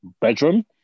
bedroom